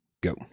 go